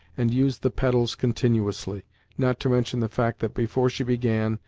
and used the pedals continuously not to mention the fact that, before she began,